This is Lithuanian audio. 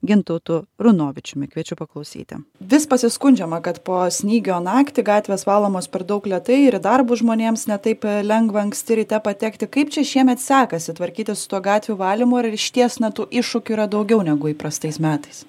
gintautu runovičiumi kviečiu paklausyti vis pasiskundžiama kad po snygio naktį gatvės valomos per daug lėtai ir į darbus žmonėms ne taip lengva anksti ryte patekti kaip čia šiemet sekasi tvarkytis su tuo gatvių valymu ar ir išties na tų iššūkių yra daugiau negu įprastais metais